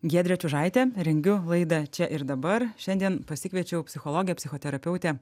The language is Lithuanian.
giedrė čiužaitė rengiu laidą čia ir dabar šiandien pasikviečiau psichologę psichoterapeutę